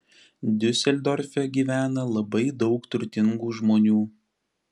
diuseldorfe gyvena labai daug turtingų žmonių